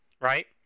right